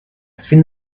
thin